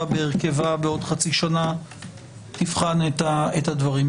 בהרכבה בעוד חצי שנה יבחן את הדברים.